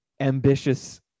ambitious